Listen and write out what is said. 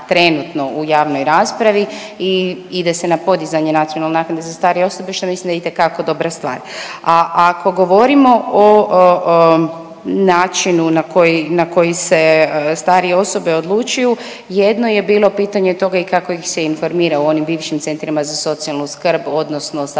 trenutno u javnoj raspravi i ide se na podizanje nacionalne naknade za starije osobe što mislim da je itekako dobra stvar. A ako govorimo o načinu na koji se starije osobe odlučuju, jedno je bilo pitanje toga i kako ih se informira u onim bivšim centrima za socijalnu skrb odnosno sada su